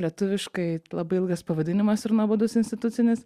lietuviškai labai ilgas pavadinimas ir nuobodus institucinis